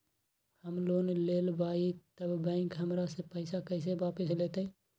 हम लोन लेलेबाई तब बैंक हमरा से पैसा कइसे वापिस लेतई?